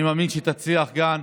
אני מאמין שתצליח כאן.